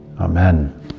Amen